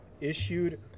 issued